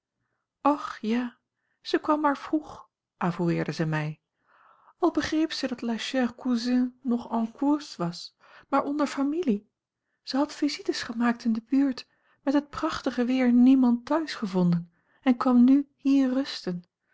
och ja zij kwam maar vroeg avoueerde zij mij al begreep zij dat la chère cousine nog en courses was maar onder familie zij had visites gemaakt in de buurt met het prachtige weer niemand thuis gevonden en kwam nu hier rusten